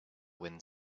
wind